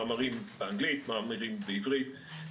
מאמרים באנגלית ועברית,